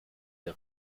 der